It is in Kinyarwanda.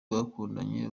bakundanye